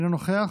אינו נוכח,